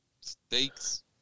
Steaks